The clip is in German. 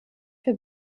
für